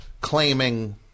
claiming